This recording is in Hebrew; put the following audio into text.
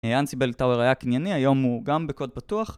Ansible Tower היה קנייני, היום הוא גם בקוד פתוח